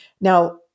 Now